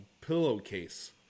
pillowcase